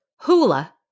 Hula